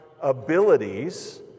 abilities